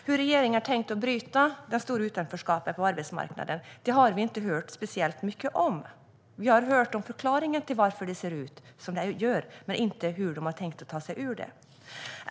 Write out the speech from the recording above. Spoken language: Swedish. Hur regeringen har tänkt bryta det stora utanförskapet på arbetsmarknaden har vi inte hört speciellt mycket om. Vi har hört förklaringar om varför det ser ut som det gör men inte hur de har tänkt att ta sig ur det.